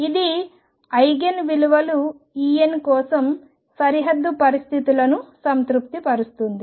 ఇది ఆ ఐగెన్ విలువలు En కోసం సరిహద్దు పరిస్థితులను సంతృప్తిపరుస్తుంది